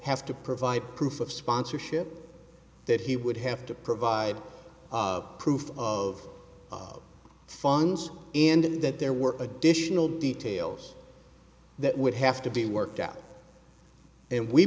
have to provide proof of sponsorship that he would have to provide proof of funds and that there were additional details that would have to be worked out and we